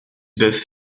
boeuf